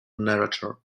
narrator